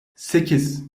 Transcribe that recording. sekiz